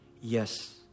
yes